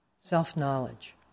self-knowledge